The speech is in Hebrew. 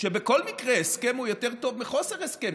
שבכל מקרה הסכם הוא יותר טוב מחוסר הסכם,